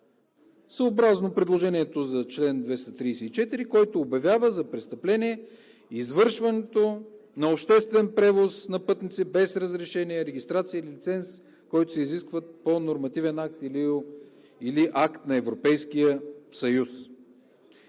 съобразно предложението за чл. 234, който обявява за престъпление извършването на обществен превоз на пътници без разрешение, регистрация или лиценз, които се изискват по нормативен акт или акт на Европейския съюз.